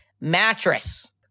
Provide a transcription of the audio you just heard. mattress